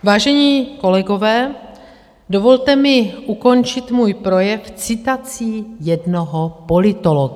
Vážení kolegové, dovolte mi ukončit svůj projev citací jednoho politologa.